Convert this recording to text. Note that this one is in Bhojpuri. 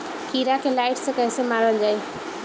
कीड़ा के लाइट से कैसे मारल जाई?